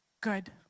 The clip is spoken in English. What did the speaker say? good